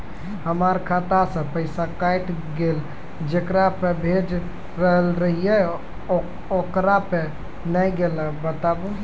हमर खाता से पैसा कैट गेल जेकरा पे भेज रहल रहियै ओकरा पे नैय गेलै बताबू?